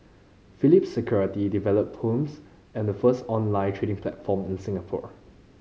Phillip Securities developed Poems the first online trading platform in Singapore